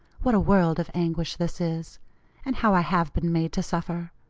what a world of anguish this is and how i have been made to suffer!